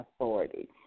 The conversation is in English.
authority